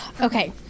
Okay